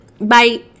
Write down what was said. bye